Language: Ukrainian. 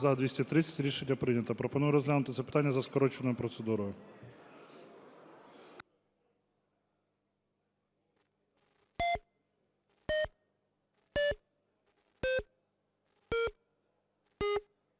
За-230 Рішення прийнято. Пропоную розглянути це питання за скороченою процедурою.